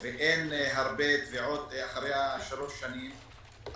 ואין הרבה תביעות אחרי שלוש השנים,